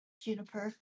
Juniper